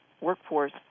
Workforce